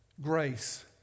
Grace